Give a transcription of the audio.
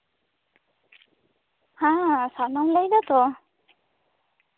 ᱦᱮᱸ ᱥᱟᱨᱱᱟᱢ ᱞᱟᱹᱭ ᱫᱟᱛᱚ